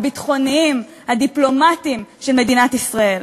הביטחוניים והדיפלומטיים של מדינת ישראל.